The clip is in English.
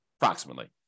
approximately